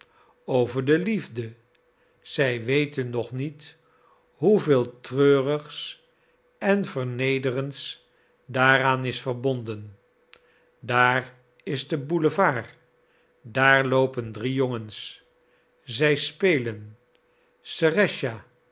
over de liefde zij weten nog niet hoeveel treurigs en vernederends daaraan is verbonden daar is de boulevard daar loopen drie jongens zij spelen